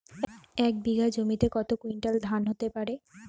এক বিঘা জমিতে কত কুইন্টাল ধান হতে পারে?